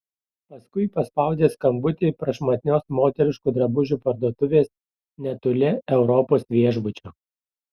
paskui paspaudė skambutį prašmatnios moteriškų drabužių parduotuvės netoli europos viešbučio